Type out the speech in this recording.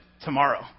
tomorrow